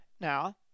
Now